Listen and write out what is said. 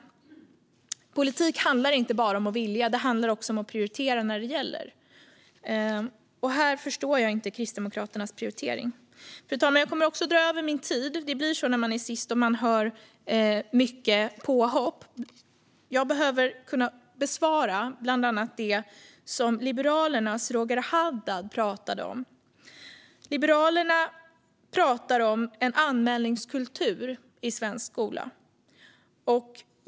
Politik handlar inte bara om att vilja. Politik handlar också om att prioritera när det gäller. Här förstår jag inte Kristdemokraternas prioritering. Fru talman! Jag kommer att överskrida min talartid. Det blir så när man är sista talare i ett ärende och man hör många påhopp. Jag behöver kunna bemöta bland annat det som Liberalernas Roger Haddad pratade om. Liberalerna pratar om en anmälningskultur i svensk skola.